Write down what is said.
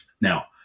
Now